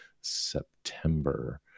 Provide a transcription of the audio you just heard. September